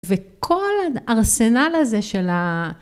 וכל הארסנל הזה של ה...